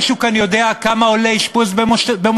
מישהו כאן יודע כמה עולה אשפוז במוסד?